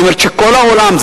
שכל העולם,